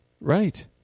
right